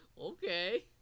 Okay